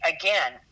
again